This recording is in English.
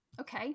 okay